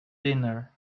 dinner